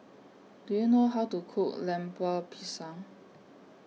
Do YOU know How to Cook Lemper Pisang